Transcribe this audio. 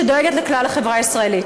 שדואגת לכלל החברה הישראלית.